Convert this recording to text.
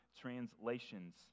translations